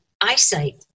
eyesight